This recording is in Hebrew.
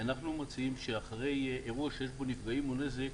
אנחנו מוצאים שאחרי אירוע שיש בו נפגעים או נזק,